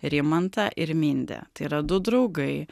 rimantą ir mindę tai yra du draugai